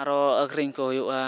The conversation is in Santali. ᱟᱨᱚ ᱟᱹᱠᱷᱨᱤᱧ ᱠᱚ ᱦᱩᱭᱩᱜᱼᱟ